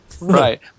Right